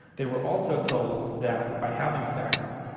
they were also told that by having sex,